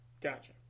Gotcha